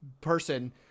person